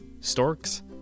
Storks